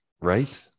Right